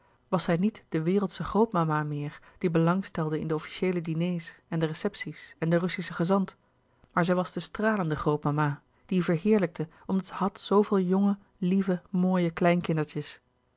was zij niet de wereldsche grootmama meer die belang stelde in de officieele diners en de recepties louis couperus de boeken der kleine zielen en den russischen gezant maar was zij de stralende grootmama die verheerlijkte omdat zij had zooveeljonge lieve mooie kleinkindertjes